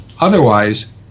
Otherwise